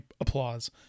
applause